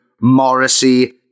Morrissey